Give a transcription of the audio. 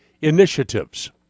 initiatives